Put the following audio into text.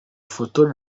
ifoto